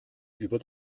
über